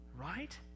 Right